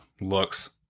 looks